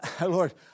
Lord